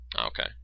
okay